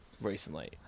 recently